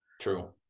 True